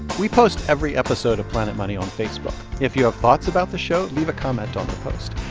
we post every episode of planet money on facebook. if you have thoughts about the show, leave a comment on the post.